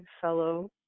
fellow